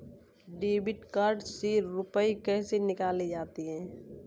Debit card से रुपये कैसे निकाले जाते हैं?